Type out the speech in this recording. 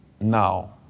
now